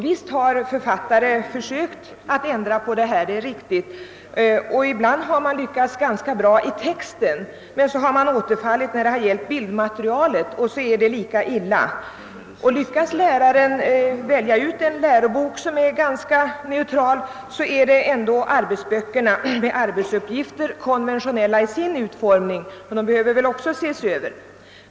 Visst har författare försökt ändra på könsrollstänkandet. Ibland har de lyckats ganska bra i texten men återfallit 1 fråga om bildmaterialet, och så är det lika illa. Lyckas läraren välja ut en lärobok som är ganska neutral är arbetsböckerna med arbetsuppgifter konventionella i sin utformning. De behöver också ses över.